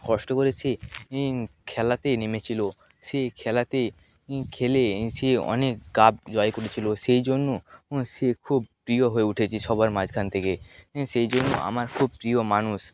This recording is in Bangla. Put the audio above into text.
কষ্ট করে সে এই খেলাতে নেমেছিলো সে খেলাতে খেলে সে অনেক কাপ জয় করেছিলো সেই জন্য সে খুব প্রিয় হয়ে উঠেছে সবার মাঝখান থেকে সেই জন্য আমার খুব প্রিয় মানুষ